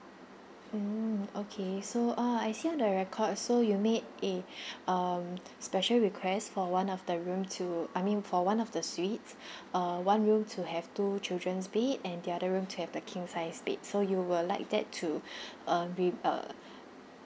mm okay so ah I see your record so you made a um special request for one of the room to I mean for one of the suites uh one room to have two children's bed and the other room to have the king size bed so you will like that to uh re~ uh